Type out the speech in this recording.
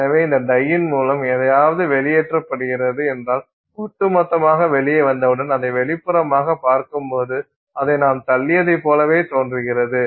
எனவே இந்த டையின் மூலம் எதையாவது வெளியேற்றப்படுகிறது என்றால் ஒட்டுமொத்தமாக வெளியே வந்தவுடன் அதை வெளிப்புறமாகப் பார்க்கும்போது அதை நாம் தள்ளியதைப் போலவே தோன்றுகிறது